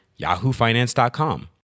yahoofinance.com